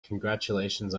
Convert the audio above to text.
congratulations